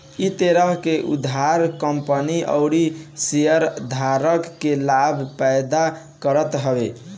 इ तरह के उधार कंपनी अउरी शेयरधारक के लाभ पैदा करत हवे